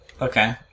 Okay